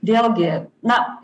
vėlgi na